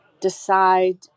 decide